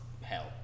hell